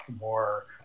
more